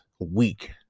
week